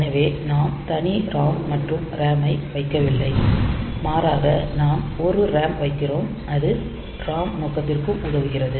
எனவே நாம் தனி ROM மற்றும் RAM ஐ வைக்கவில்லை மாறாக நாம் ஒரு RAM வைக்கிறோம் அது ROM நோக்கத்திற்கும் உதவுகிறது